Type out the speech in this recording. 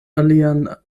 alian